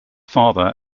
father